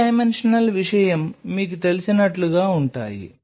3 dimensional విషయం మీకు తెలిసినట్లుగా ఉంటాయి